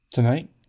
Tonight